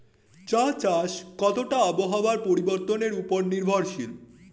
চা চাষ কতটা আবহাওয়ার পরিবর্তন উপর নির্ভরশীল?